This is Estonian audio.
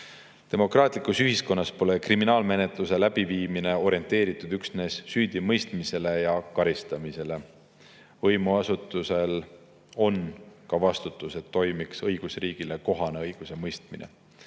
Demokraatlikus ühiskonnas pole kriminaalmenetluse läbiviimine orienteeritud üksnes süüdimõistmisele ja karistamisele. Võimuasutusel on ka vastutus, et toimiks õigusriigile kohane õigusemõistmine.